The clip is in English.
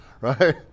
right